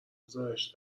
گزارش